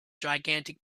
gigantic